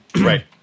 Right